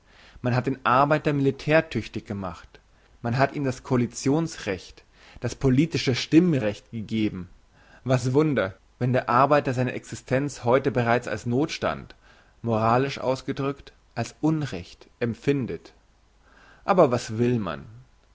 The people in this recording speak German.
man hat den arbeiter militärtüchtig gemacht man hat ihm das coalitions recht das politische stimmrecht gegeben was wunder wenn der arbeiter seine existenz heute bereits als nothstand moralisch ausgedrückt als unrecht empfindet aber was will man